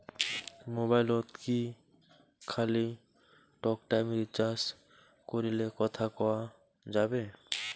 মোবাইলত কি খালি টকটাইম রিচার্জ করিলে কথা কয়া যাবে?